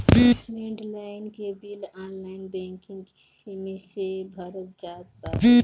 land line के बिल online banking से भरा जात बाटे